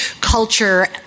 culture